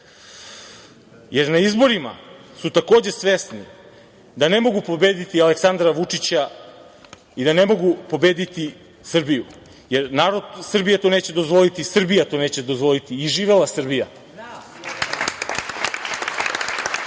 Jer, na izborima su takođe svesni da ne mogu pobediti Aleksandra Vučića i da ne mogu pobediti Srbiju, jer narod Srbije to neće dozvoliti, Srbija to neće dozvoliti. Živela Srbija!